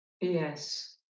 yes